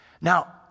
Now